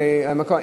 מהמקום.